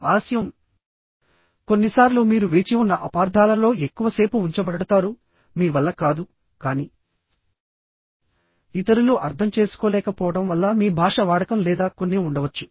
ఆలస్యం కొన్నిసార్లు మీరు వేచి ఉన్న అపార్థాలలో ఎక్కువసేపు ఉంచబడతారు మీ వల్ల కాదు కానీ ఇతరులు అర్థం చేసుకోలేకపోవడం వల్ల మీ భాష వాడకం లేదా కొన్ని ఉండవచ్చు